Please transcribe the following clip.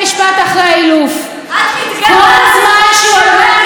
ברגע שהוא לא מיושר איתכם, שורפים את המועדון.